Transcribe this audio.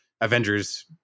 Avengers